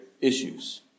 issues